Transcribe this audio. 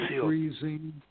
freezing